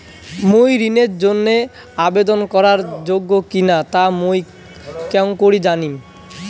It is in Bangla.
মুই ঋণের জন্য আবেদন করার যোগ্য কিনা তা মুই কেঙকরি জানিম?